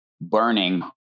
burning